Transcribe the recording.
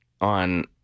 on